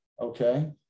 Okay